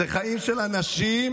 אלה חיים של אנשים